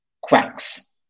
quacks